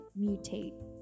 mutate